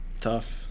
Tough